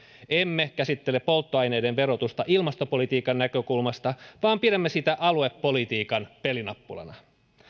emme käsittele polttoaineiden verotusta ilmastopolitiikan näkökulmasta vaan pidämme sitä aluepolitiikan pelinappulana